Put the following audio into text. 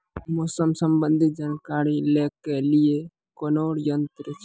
मौसम संबंधी जानकारी ले के लिए कोनोर यन्त्र छ?